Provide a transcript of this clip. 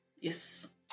Yes